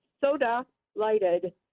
soda-lighted